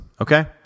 Okay